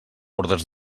ordres